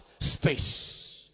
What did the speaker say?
Space